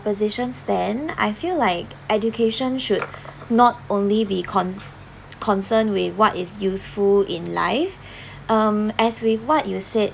oppositions then I feel like education should not only be con~ concern with what is useful in life um as with what you said